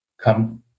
come